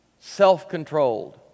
self-controlled